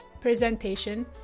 presentation